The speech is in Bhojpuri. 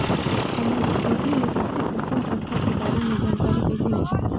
हमन के खेती में सबसे उत्तम प्रथा के बारे में जानकारी कैसे मिली?